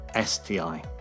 STI